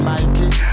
Mikey